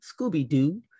Scooby-Doo